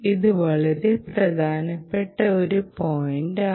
ഇത് വളരെ പ്രധാനപ്പെട്ട ഒരു പോയിന്റാണ്